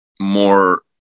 more